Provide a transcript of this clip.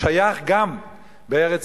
שייך גם בארץ-ישראל